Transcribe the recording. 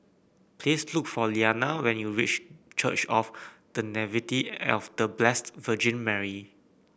please look for Lilliana when you wish Church of The Nativity of The Blessed Virgin Mary